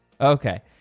Okay